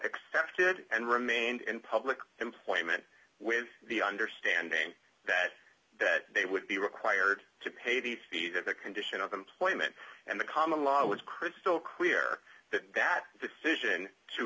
expected and remained in public employment with the understanding that that they would be required to pay the fee that the condition of employment and the common law was crystal clear that that decision to